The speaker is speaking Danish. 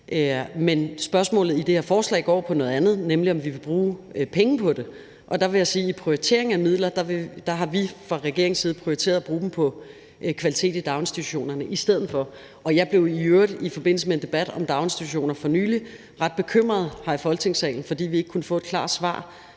Men spørgsmålet i det her går på noget andet, nemlig om vi vil bruge penge på det. Og der vil jeg sige, at i prioriteringen af midler har vi fra regeringens side prioriteret at bruge dem på kvalitet i daginstitutionerne i stedet for. Jeg blev i øvrigt i forbindelse med en debat om daginstitutioner for nylig ret bekymret her i Folketingssalen, fordi vi ikke kunne få et klart svar